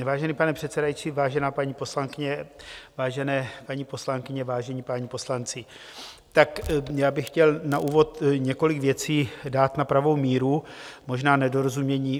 Vážený pane předsedající, vážená paní poslankyně, vážené paní poslankyně, vážené páni poslanci, tak já bych chtěl na úvod několik věcí dát na pravou míru, možná nedorozumění.